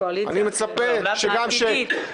לקואליציה העתידית.